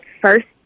first